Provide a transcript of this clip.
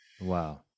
Wow